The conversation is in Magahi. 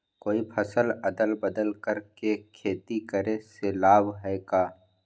कोई फसल अदल बदल कर के खेती करे से लाभ है का?